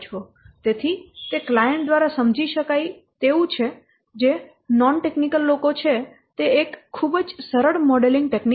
તેથી તે ક્લાયંટ દ્વારા સમજી શકાય તેવું છે જે નોન ટેકનિકલ લોકો છે તે એક ખૂબ જ સરળ મોડેલિંગ ટેકનીક છે